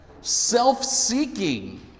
self-seeking